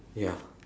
ya